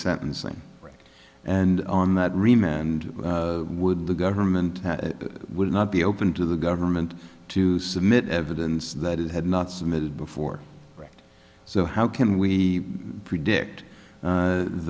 resentencing and on that remain and would the government would not be open to the government to submit evidence that it had not submitted before so how can we predict